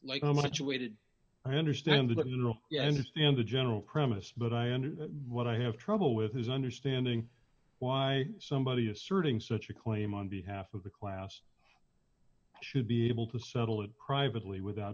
like how much awaited i understand that you know yeah understand the general premise but i under what i have trouble with his understanding why somebody asserting such a claim on behalf of the class should be able to settle it privately without